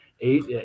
eight